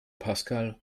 pascal